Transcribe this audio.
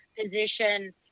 position